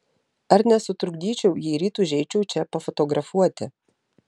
ar nesutrukdyčiau jei ryt užeičiau čia pafotografuoti